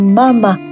mama